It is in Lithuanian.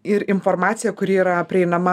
ir informacija kuri yra prieinama